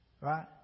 Right